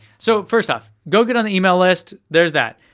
so first off, go get on the email list, there's that.